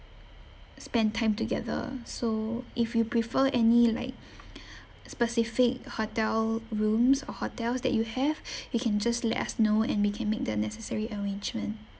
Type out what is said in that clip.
spend time together so if you prefer any like specific hotel rooms or hotels that you have you can just let us know and we can make the necessary arrangement